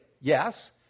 yes